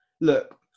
look